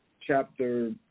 chapter